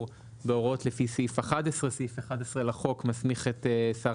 בהוראות לפי סעיף 11. סעיף 11 לחוק מסמיך את שר